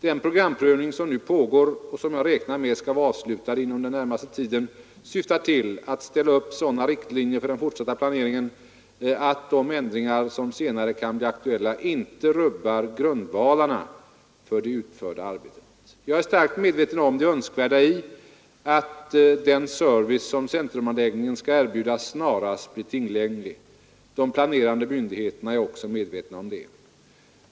Den programprövning som nu pågår och som jag räknar med skall vara avslutad inom den närmaste tiden — syftar till att ställa upp sådana riktlinjer för den fortsatta planeringen att de ändringar som senare kan bli aktuella inte rubbar grundvalarna för det utförda arbetet. Jag är starkt medveten om det önskvärda i att den service som centrumanläggningen skall erbjuda snarast blir tillgänglig. De planerande myndigheterna är också medvetna om detta.